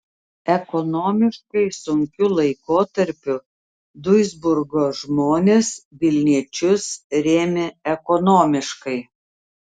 ekonomiškai sunkiu laikotarpiu duisburgo žmonės vilniečius rėmė ekonomiškai